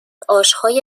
آشهای